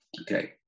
Okay